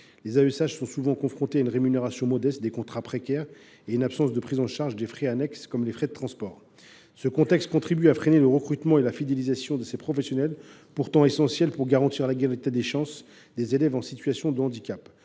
Les AESH perçoivent souvent une rémunération modeste, ils sont embauchés sur des contrats précaires et ne bénéficient pas de la prise en charge des frais annexes, comme les frais de transport. Ce contexte contribue à freiner le recrutement et la fidélisation de ces professionnels, pourtant essentiels pour garantir l’égalité des chances des élèves en situation de handicap.